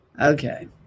Okay